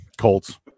Colts